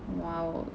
!wow!